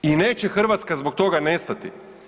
I neće Hrvatska zbog toga nestati.